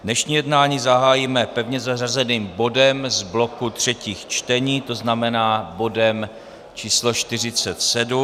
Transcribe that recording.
Dnešní jednání zahájíme pevně zařazeným bodem z bloku třetích čtení, to znamená bodem číslo 47.